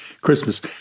Christmas